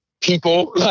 people